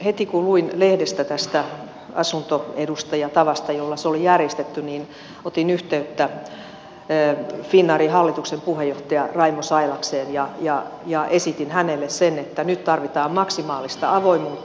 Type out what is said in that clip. heti kun luin lehdestä tästä asuntoedusta ja tavasta jolla se oli järjestetty otin yhteyttä finnairin hallituksen puheenjohtaja harri sailakseen ja esitin hänelle sen että nyt tarvitaan maksimaalista avoimuutta